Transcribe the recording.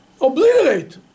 Obliterate